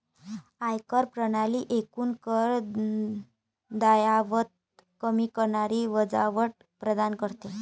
आयकर प्रणाली एकूण कर दायित्व कमी करणारी वजावट प्रदान करते